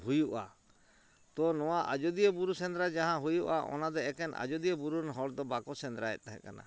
ᱦᱩᱭᱩᱜᱼᱟ ᱛᱚ ᱱᱚᱣᱟ ᱟᱡᱚᱫᱤᱭᱟᱹ ᱵᱩᱨᱩ ᱥᱮᱸᱫᱽᱨᱟ ᱡᱟᱦᱟᱸ ᱦᱩᱭᱩᱜᱼᱟ ᱚᱱᱟ ᱫᱚ ᱮᱠᱮᱱ ᱟᱡᱚᱫᱤᱭᱟᱹ ᱵᱩᱨᱩᱨᱮᱱ ᱦᱚᱲ ᱫᱚ ᱵᱟᱠᱚ ᱥᱮᱸᱫᱽᱨᱟᱭᱮᱫ ᱛᱟᱦᱮᱸ ᱠᱟᱱᱟ